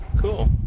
Cool